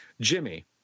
Jimmy